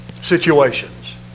situations